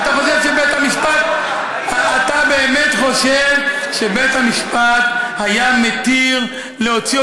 אתה באמת חושב שבית משפט היה מתיר להוציא